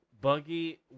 Buggy